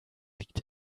liegt